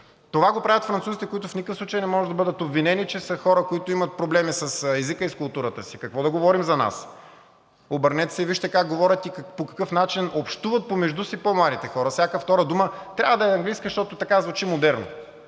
Това го правят французите, които в никакъв случай не могат да бъдат обвинени, че са хора, които имат проблеми с езика и с културата си. Какво да говорим за нас? Обърнете се и вижте как говорят и по какъв начин общуват помежду си по-младите хора. Всяка втора дума трябва да е английска, защото така звучи модерно,